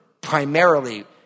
primarily